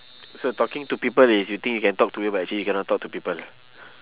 so talking to people is you think you can talk to eh but actually you cannot talk to people lah